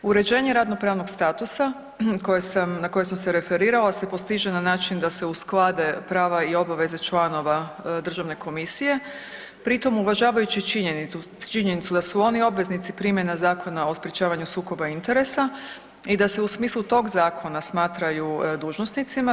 Uređenje radno pravnog statusa na koje sam se referirala se postiže na način da se usklade prava i obaveze članova državne komisije pri tom uvažavajući činjenicu da su oni obveznici primjene Zakona o sprječavanju sukoba interesa i da se u smislu tog zakona smatraju dužnosnicima.